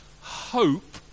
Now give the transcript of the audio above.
hope